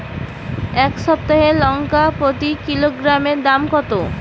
এই সপ্তাহের লঙ্কার প্রতি কিলোগ্রামে দাম কত?